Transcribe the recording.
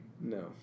No